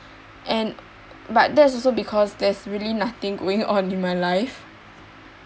and but that's also because there's really nothing going on in my life